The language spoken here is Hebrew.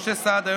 משה סעדה,